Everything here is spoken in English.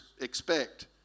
expect